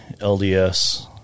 LDS